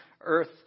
earth